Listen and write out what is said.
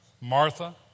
Martha